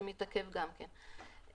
שמתעכב גם כן.